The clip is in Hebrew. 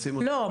לא,